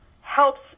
helps